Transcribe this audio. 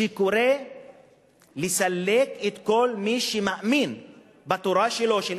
שקורא לסלק את כל מי שלא מאמין בתורה שלו,